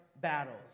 battles